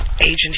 agent